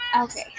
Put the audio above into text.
Okay